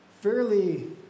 fairly